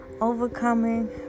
overcoming